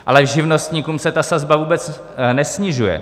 Ale živnostníkům se ta sazba vůbec nesnižuje.